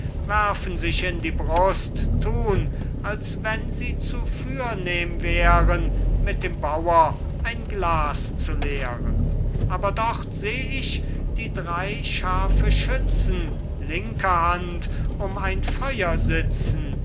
werfen sich in die brust tun als wenn sie zu fürnehm wären mit dem bauer ein glas zu leeren aber dort seh ich die drei scharfe schützen linker hand um ein feuer sitzen